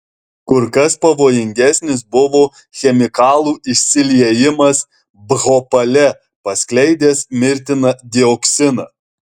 kur kas pavojingesnis buvo chemikalų išsiliejimas bhopale paskleidęs mirtiną dioksiną